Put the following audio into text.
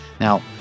Now